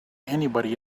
anybody